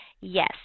yes